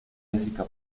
jessica